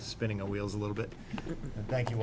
spinning our wheels a little bit thank you